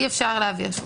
אי אפשר להעביר שוב.